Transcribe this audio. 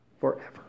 forever